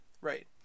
Right